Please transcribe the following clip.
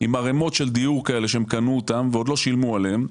עם ערימות של דיור כאלה שהם קנו אותם ועוד לא שילמו עליהם,